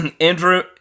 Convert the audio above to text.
Andrew